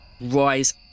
rise